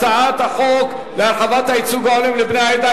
הצעת החוק להרחבת הייצוג ההולם לבני העדה